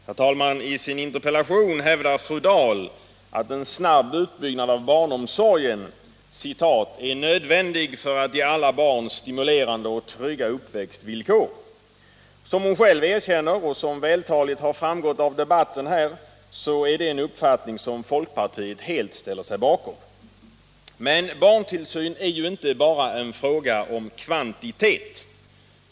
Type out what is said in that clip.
Herr talman! I sin interpellation hävdar fru Dahl att en snabb utbyggnad Om utbyggnaden av av barnomsorgen ”är nödvändig för att ge alla barn stimulerande och = barnomsorgen trygga uppväxtvillkor”. Som hon själv erkänner och som vältaligt framgått av debatten här är detta en uppfattning som folkpartiet helt ställer sig bakom. Men barntillsyn är ju inte bara en fråga om kvantitet.